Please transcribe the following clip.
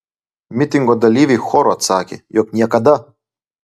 mitingo dalyviai choru atsakė jog niekada